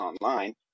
online